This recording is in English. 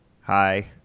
Hi